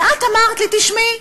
ואת אמרת לי: תשמעי,